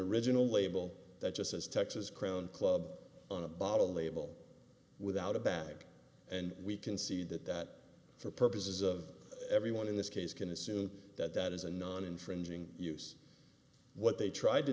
original label that just as texas crown club on a bottle label without a bag and we can see that that for purposes of everyone in this case can assume that that is a non infringing use what they tried to